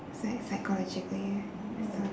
psy~ psychologically